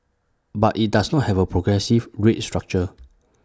but IT does not have A progressive rate structure